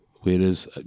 whereas